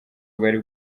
bwari